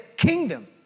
Kingdom